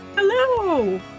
Hello